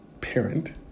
parent